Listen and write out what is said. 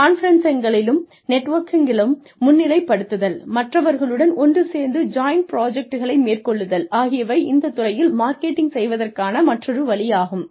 கான்ஃபெரென்ஸ்களிலும் நெட்வொர்க்கிங்கிலும் முன்னிலைப்படுத்துதல் மற்றவர்களுடன் ஒன்று சேர்ந்து ஜாயிண்ட் புராஜெக்ட்களை மேற்கொள்ளுதல் ஆகியவை இந்த துறையில் மார்க்கெட்டிங் செய்வதற்கான மற்றொரு வழியாகும்